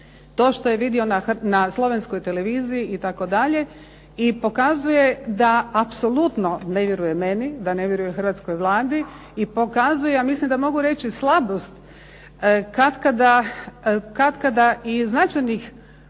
to što je vidio na Slovenskoj televiziji itd. i pokazuje da apsolutno ne vjeruje meni, da ne vjeruje hrvatskoj Vladi i pokazuje ja mislim da mogu reći slabost katkada i značajnih